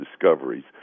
discoveries